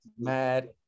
mad